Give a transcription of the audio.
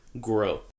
grow